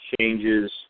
changes